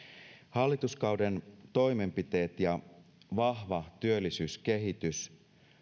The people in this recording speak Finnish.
hallituskauden toimenpiteet ja vahva työllisyyskehitys